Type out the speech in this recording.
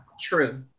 true